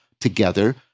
together